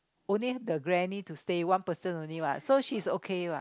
only the granny to stay one person only what so she's okay what